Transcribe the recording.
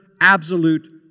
absolute